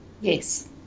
Yes